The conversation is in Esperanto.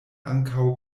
ankaŭ